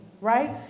right